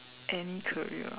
any career